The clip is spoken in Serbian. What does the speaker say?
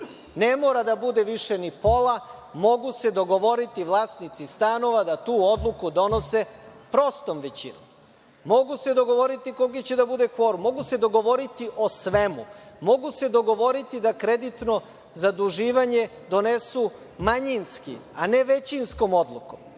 ne mora da bude više ni pola, mogu se dogovoriti vlasnici stanova da tu odluku donose prostom većinom. Mogu se dogovoriti koliki će biti kvorum. Mogu se dogovoriti o svemu. Mogu se dogovoriti da kreditno zaduživanje donesu manjinski, a ne većinskom odlukom. Dakle,